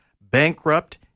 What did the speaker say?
bankrupt